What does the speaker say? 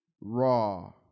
Raw